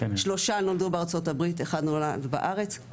שלושה נולדו בארצות הברית, אחד נולד בארץ.